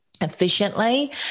efficiently